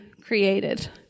created